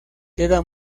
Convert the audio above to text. queda